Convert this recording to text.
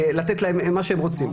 לתת להם מה שהם רוצים.